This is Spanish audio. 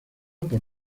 por